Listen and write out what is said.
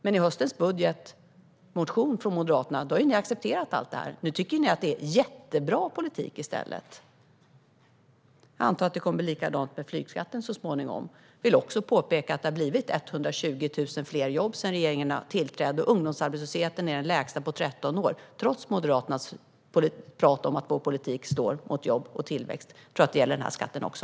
Men i höstens budgetmotion från Moderaterna har ni accepterat allt detta. Nu tycker ni att det är jättebra politik. Jag antar att det kommer att bli likadant med flygskatten så småningom. Jag vill också påpeka att det har blivit 120 000 fler jobb sedan regeringen tillträdde och att ungdomsarbetslösheten är den lägsta på 13 år, trots Moderaternas prat om att vår politik slår mot jobb och tillväxt. Jag tror att det gäller den här skatten också.